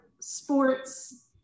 sports